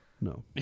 No